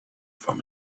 from